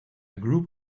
group